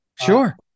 Sure